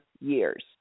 years